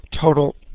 total